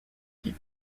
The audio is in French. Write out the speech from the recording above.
qui